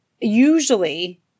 usually